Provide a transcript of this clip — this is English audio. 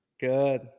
good